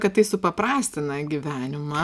kad tai supaprastina gyvenimą